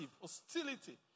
hostility